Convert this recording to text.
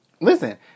Listen